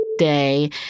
day